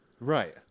Right